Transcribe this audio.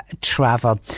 travel